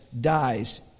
dies